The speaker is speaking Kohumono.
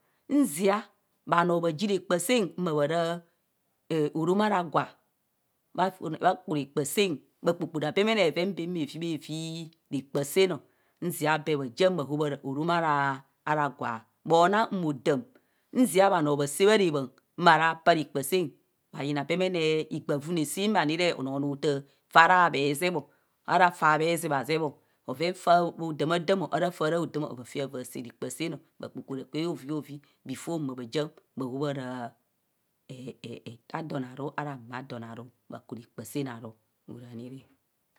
Nzia bhanor bhaji rekpa sen mma bha ra ehm orom ara gwa bhavu bhakurekpa sen bhakpo kpora bemene bheven bem bhevi bhevi rekpa sen nzia be bhajian bha hobhara orom ara ara gwa. Mona odam njia bhano bhase bha rebhan mmarapa rekpa sen bhayina bemene higbafune sim anire onoho otar fara habhezebho ara fa bhezebhazebho bhoven fa bhodama dam ara fara haodam bhava fe ava bhase rekpa senor bhakpokpora be bhevi bhevi bifo mma bhajian bhahobhara eeh ete adon aru ara mma adonaru